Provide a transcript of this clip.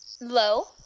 Low